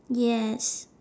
yes